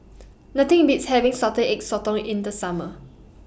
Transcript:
Nothing Beats having Salted Egg Sotong in The Summer